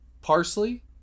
parsley